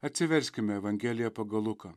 atsiverskime evangeliją pagal luką